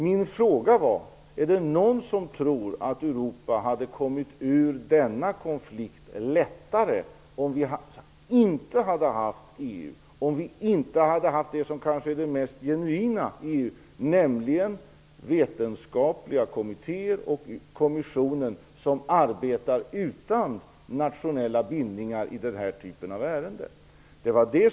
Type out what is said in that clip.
Min fråga var: Är det någon som tror att Europa hade kommit ur denna konflikt lättare om vi inte hade haft EU, om vi inte hade haft det som kanske är det mest genuina i EU, nämligen vetenskapliga kommittéer och kommissionen som arbetar utan nationella bindningar i den här typen av ärenden?